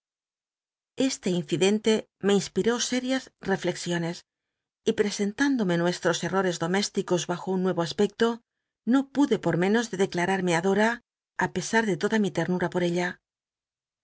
ste incidente me inspiró sél'ias renexioncs y presentándome nuesttos enores domésticos bajo un nuevo aspecto no pude por menos de declararme adora á pesar de toda mi ternura pot ella